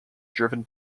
driven